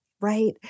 right